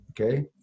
okay